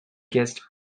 guest